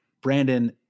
Brandon